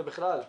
ובכלל,